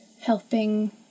helping